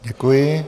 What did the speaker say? Děkuji.